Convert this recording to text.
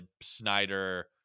Snyder